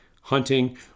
hunting